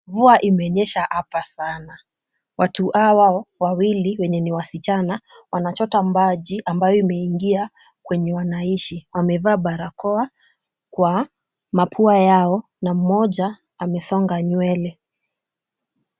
Mvua imenyesha hapa sana, watu hawa wawili wenye ni wasichana wanachota maji ambayo imeingia kwenye wanaishi, wamevaa barakoa kwa mapua yao na mmoja amesonga nywele.